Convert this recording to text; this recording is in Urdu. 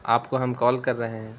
آپ کو ہم کال کر رہے ہیں